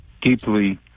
deeply